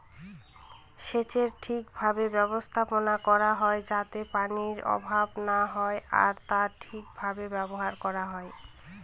সেচের ঠিক ভাবে ব্যবস্থাপনা করা হয় যাতে পানির অভাব না হয় আর তা ঠিক ভাবে ব্যবহার করা হয়